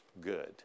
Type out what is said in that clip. good